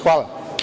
Hvala.